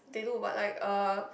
they do but like uh